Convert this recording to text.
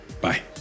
Bye